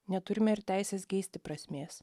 neturime ir teisės keisti prasmės